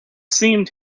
seemed